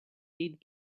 eight